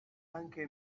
anche